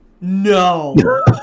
No